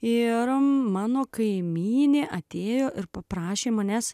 ir mano kaimynė atėjo ir paprašė manęs